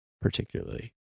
particularly